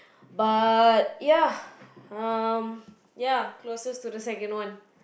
but ya um ya closest to the second one